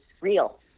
real